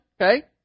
Okay